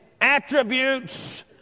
attributes